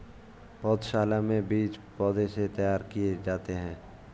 पौधशाला में बीज से पौधे तैयार किए जाते हैं